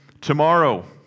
Tomorrow